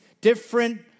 different